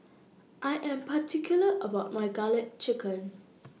I Am particular about My Garlic Chicken